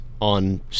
on